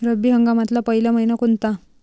रब्बी हंगामातला पयला मइना कोनता?